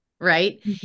right